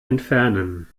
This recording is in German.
entfernen